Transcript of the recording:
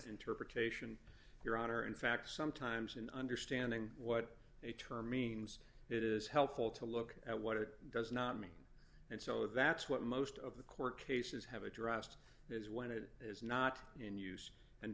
interpretation your honor in fact sometimes in understanding what a term means it is helpful to look at what it does not mean and so that's what most of the court cases have addressed is when it is not in use and